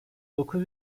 dokuz